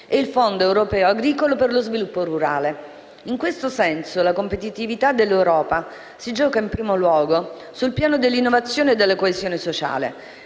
e il Fondo europeo agricolo per lo sviluppo rurale (FEASR). In questo senso la competitività dell'Europa si gioca, in primo luogo, sul piano dell'innovazione e della coesione sociale.